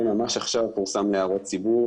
זה ממש עכשיו פורסם להערות ציבור.